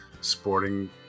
sporting